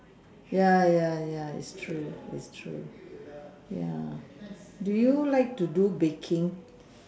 ya ya ya is true ya do you like to do baking